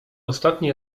ostatni